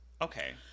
Okay